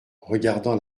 regardant